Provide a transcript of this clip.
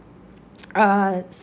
uh